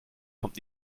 kommt